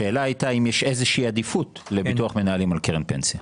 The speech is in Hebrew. השאלה הייתה אם יש איזה שהיא עדיפות לביטוח מנהלים על קרן פנסיה.